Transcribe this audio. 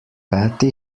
patti